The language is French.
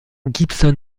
gibson